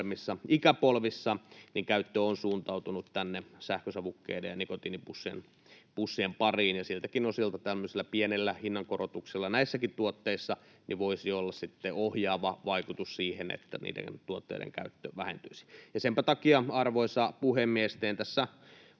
ikäpolvissa käyttö on suuntautunut tänne sähkösavukkeiden ja nikotiinipussien pariin. Siltäkin osalta tämmöisellä pienellä hinnankorotuksella näissäkin tuotteissa voisi olla ohjaava vaikutus siihen, että niiden tuotteiden käyttö vähentyisi. Senpä takia, arvoisa puhemies, teen tässä